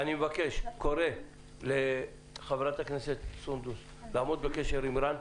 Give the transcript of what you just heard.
אני קורא לחברת הכנסת סונדוס לעמוד בקשר עם רן,